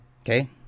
Okay